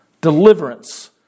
Deliverance